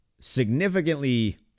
significantly